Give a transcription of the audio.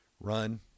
run